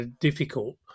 difficult